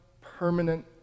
permanent